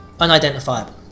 unidentifiable